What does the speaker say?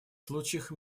случаях